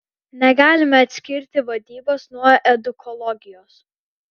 negalime atskirti vadybos nuo edukologijos